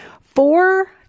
Four